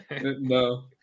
No